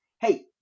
hey